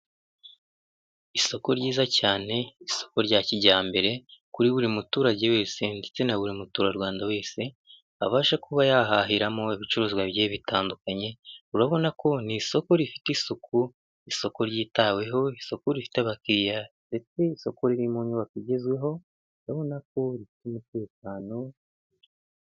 Isoko ryiza cyane isoko rya kijyambere kuri buri muturage wese ndetse na buri muturarwanda wese abasha kuba yahahiramo ibicuruzwa bigiye bitandukanye, urabona ko ni isoko rifite isuku, isoko ryitaweho, isoko rifite abakiriya ,ndetse isoko ririmo inyubako igezweho, urabona ko rifite umutekano.